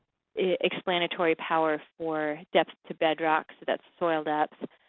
explanatory power for depth to bedrock, so that's soil depth,